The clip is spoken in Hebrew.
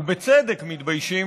ובצדק מתביישים,